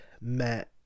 met